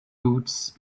boots